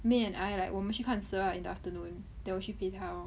may and I like 我们去看蛇 right in the afternoon then 我去陪她 lor